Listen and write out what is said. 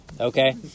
Okay